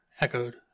echoed